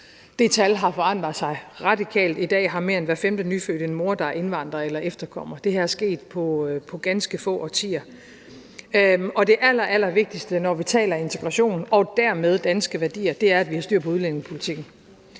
Det tal har forandret sig radikalt. I dag har mere end hver femte nyfødte en mor, der er indvandrer eller efterkommer. Det er sket på ganske få årtier. Og det allerallervigtigste, når vi taler integration og dermed danske værdier, er, at vi har styr på udlændingepolitikken,